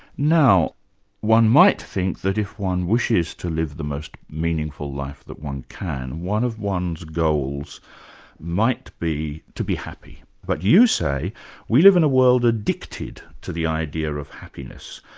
now one might think that if one wishes to live the most meaningful life that one can, one of one's goals might be to be happy. but you say we live in a world addicted to the idea of happiness.